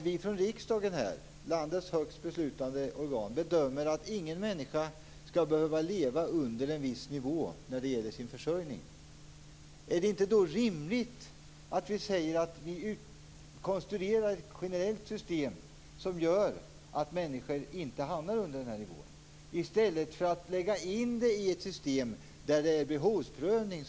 Om riksdagen, landets högsta beslutande organ, bedömer att ingen människa skall behöva leva under en viss nivå, är det då inte rimligt att vi konstruerar ett generellt system som medför att människor inte hamnar under denna nivå, i stället för att lägga in det i ett system med behovsprövning.